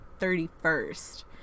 31st